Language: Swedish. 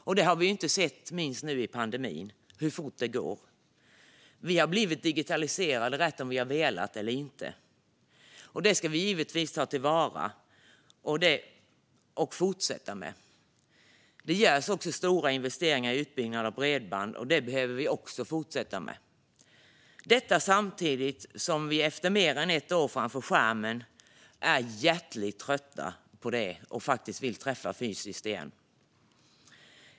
Vi har sett, inte minst nu under pandemin, hur fort det går. Vi har blivit digitaliserade vare sig vi vill eller inte. Detta ska vi givetvis ta till vara och fortsätta med. Det görs stora investeringar i utbyggnad av bredband, och det behöver vi fortsätta med. Samtidigt är vi, efter mer än ett år framför skärmen, hjärtligt trötta på det och vill träffas fysiskt igen.